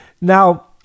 Now